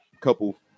couple